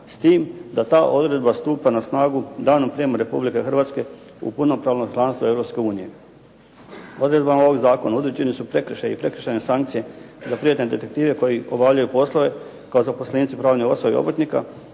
s tim da ta odredba stupa na snagu danom prijama Republike Hrvatsku u punopravno članstvo Europske unije. Odredbama ovog zakona određeni su prekršaji i prekršajne sankcije za privatne detektive koji obavljaju poslove kao zaposlenici u pravnoj osobi i obrtnika